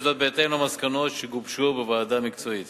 בהתאם למסקנות שגובשו בוועדה מקצועית